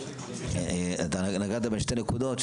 אתה נגעת בשתי נקודות,